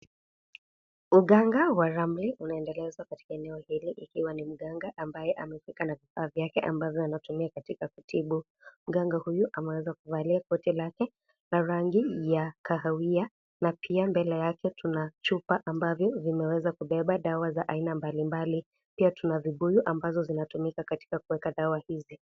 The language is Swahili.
Waganga wa rambe unaendelezwa katika eneo hili ikiwa ni mganga ambaye amefika na vifaa vyake ambavyo anatumia katika kutibu. Mganga huyu ameweza kuvalia koti lake la rangi ya kahawia. Na pia mbele yake tuna chupa ambavyo vimeweza kubeba dawa za aina mbalimbali. Pia tuna vibuyu ambazo zinatumika katika kuweka dawa hizi.